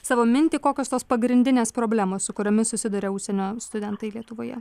savo mintį kokios tos pagrindinės problemos su kuriomis susiduria užsienio studentai lietuvoje